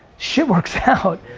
shit works out.